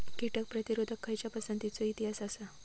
कीटक प्रतिरोधक खयच्या पसंतीचो इतिहास आसा?